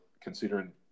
considering